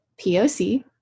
POC